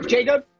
Jacob